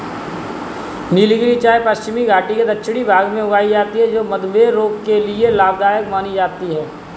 नीलगिरी चाय पश्चिमी घाटी के दक्षिणी भाग में उगाई जाती है जो मधुमेह रोग के लिए लाभदायक मानी जाती है